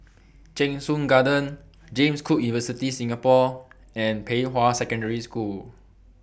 Cheng Soon Garden James Cook University Singapore and Pei Hwa Secondary School